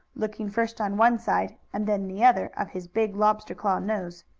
looking first on one side and then the other, of his big lobster claw nose.